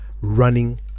running